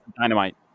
dynamite